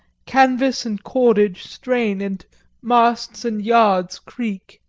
canvas and cordage strain and masts and yards creak.